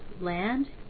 land